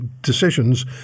decisions